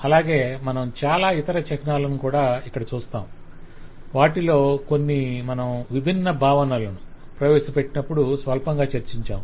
అలాగే మనం చాలా ఇతర చిహ్నాలను కూడా ఇక్కడ చూస్తాము వాటిలో కొన్ని మనం విభిన్న భావనలను ప్రవేశపెట్టినప్పుడు స్వల్పంగా చర్చించాము